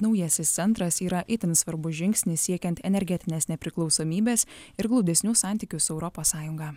naujasis centras yra itin svarbus žingsnis siekiant energetinės nepriklausomybės ir glaudesnių santykių su europos sąjunga